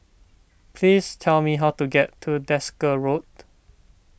please tell me how to get to Desker Road